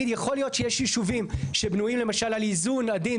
אני לא יכול להגיד יכול להיות שיש ישובים שבנויים למשל על איזון עדין,